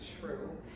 true